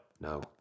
No